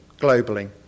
globally